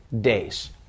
days